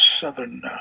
southern